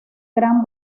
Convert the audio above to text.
gran